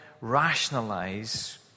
rationalize